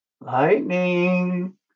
Lightning